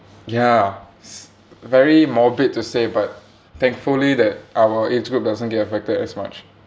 ya s~ very morbid to say but thankfully that our age group doesn't get affected as much